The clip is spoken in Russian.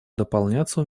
дополняться